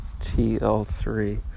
TL3